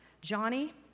Johnny